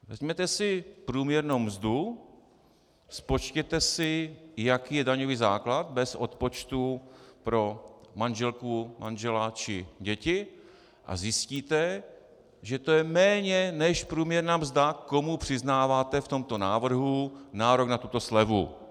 Vezměte si průměrnou mzdu, spočtěte si, jaký je daňový základ bez odpočtu pro manželku, manžela či děti, a zjistíte, že to je méně než průměrná mzda, komu přiznáváte v tomto návrhu nárok na tuto slevu.